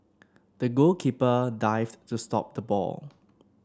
the goalkeeper dived to stop the ball